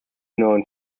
known